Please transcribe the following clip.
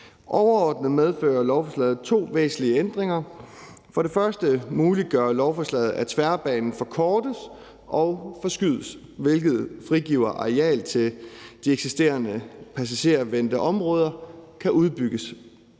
Overordnet medfører lovforslaget to væsentlige ændringer. For det første muliggør lovforslaget, at tværbanen forkortes og forskydes, hvilket frigiver areal til, at de eksisterende passagervendte områder kan udbygges.